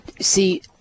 see –